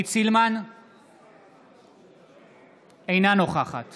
אינה נוכחת